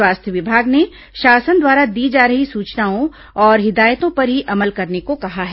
स्वास्थ्य विभाग ने शासन द्वारा दी जा रही सूचनाओं और हिदायतों पर ही अमल करने को कहा है